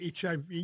HIV